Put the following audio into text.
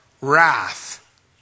wrath